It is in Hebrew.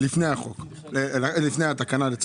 לפני התקנה.